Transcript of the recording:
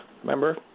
Remember